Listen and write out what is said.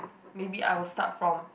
maybe I will start from